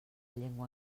llengua